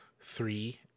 three